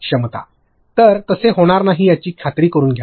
क्षमता तर तसे होणार नाही याची खात्री करुन घ्या